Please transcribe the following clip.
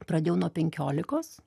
pradėjau nuo penkiolikos